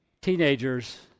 teenagers